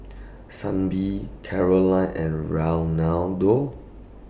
Sibbie Caroline and Reinaldo